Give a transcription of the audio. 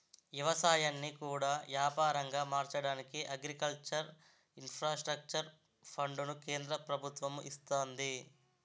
ఎవసాయాన్ని కూడా యాపారంగా మార్చడానికి అగ్రికల్చర్ ఇన్ఫ్రాస్ట్రక్చర్ ఫండును కేంద్ర ప్రభుత్వము ఇస్తంది